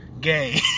gay